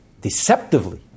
deceptively